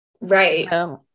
Right